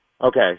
okay